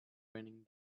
raining